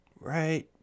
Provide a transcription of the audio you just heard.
right